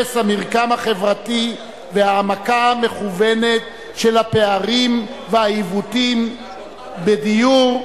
הרס המרקם החברתי והעמקה מכוונת של הפערים והעיוותים בדיור,